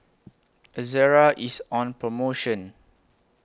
Ezerra IS on promotion